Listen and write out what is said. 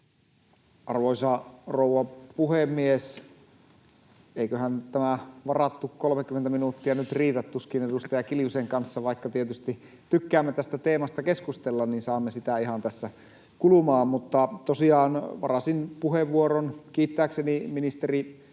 Arvoisa rouva puhemies! Eiköhän tämä varattu 30 minuuttia nyt riitä. Tuskin edustaja Kiljusen kanssa, vaikka tietysti tykkäämme tästä teemasta keskustella, saamme sitä ihan tässä kulumaan. Tosiaan varasin puheenvuoron kiittääkseni ministeri